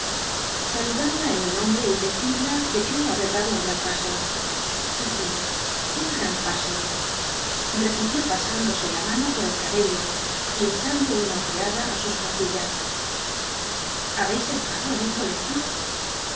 saludadla en mi nombre y dccid la que creo haber dado un gran paso sí un gran paso repil ió pasándose la mano por el cahello y echando una ojeada i sus cuarlillas llabcb estado en un colegio